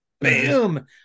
bam